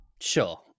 Sure